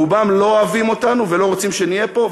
רובם לא אוהבים אותנו ולא רוצים שנהיה פה,